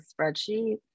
spreadsheet